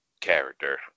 character